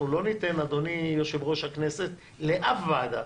אנחנו לא ניתן, אדוני יושב-ראש הכנסת, לאף ועדה,